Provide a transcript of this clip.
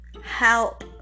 help